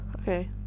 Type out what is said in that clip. Okay